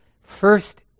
first